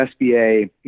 SBA